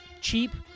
cheap